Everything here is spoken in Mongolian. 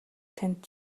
танд